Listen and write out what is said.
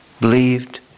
believed